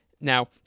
Now